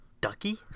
ducky